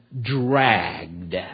dragged